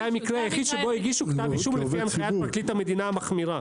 זה המקרה היחיד שבו הגישו כתב אישום לפי הנחיית פרקליט המדינה המחמירה.